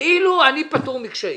כאילו אני פטור מקשיים.